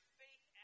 faith